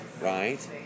right